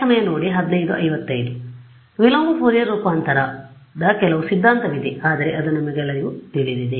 ಆದ್ದರಿಂದ ವಿಲೋಮ ಫೋರಿಯರ್ ರೂಪಾಂತರದ ಕೆಲವು ಸಿದ್ಧಾಂತವಿದೆ ಆದರೆ ಅದು ನಿಮಗೆಲ್ಲರಿಗೂ ತಿಳಿದಿದೆ